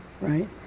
Right